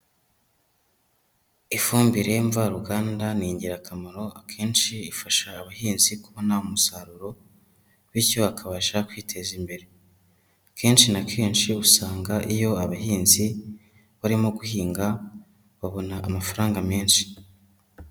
Ifumbire mvaruganda ni ingirakamaro akenshi ifasha abahinzi kubona umusaruro bityo bakabasha kwiteza imbere. Akenshi na kenshi usanga iyo abahinzi barimo guhinga babona amafaranga menshi.